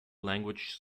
language